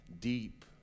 deep